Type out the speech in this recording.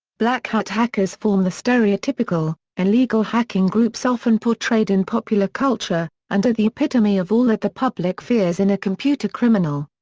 black hat hackers form the stereotypical, illegal hacking groups often portrayed in popular culture, and are the epitome of all that the public fears in a computer criminal.